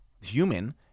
human